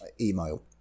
email